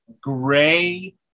gray